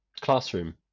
classroom